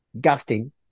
gusting